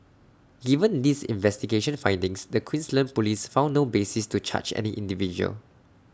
given these investigation findings the Queensland Police found no basis to charge any individual